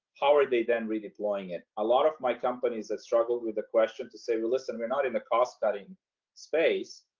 how are they then redeploying it? a lot of my companies that struggled with a question to say, listen, we're not in the cost studying space,